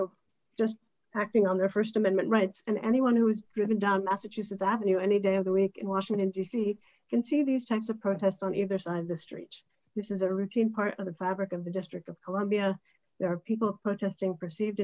know just acting on their st amendment rights and anyone who's driven down massachusetts avenue any day of the week in washington d c can see these types of protests on either side of the street this is a routine part of the fabric of the district of columbia there are people protesting perceived